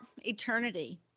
eternity